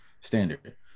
standard